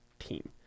team